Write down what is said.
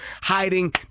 hiding